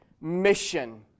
mission